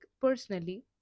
personally